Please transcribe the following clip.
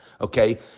okay